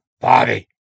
Bobby